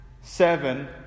seven